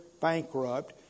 bankrupt